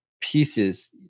pieces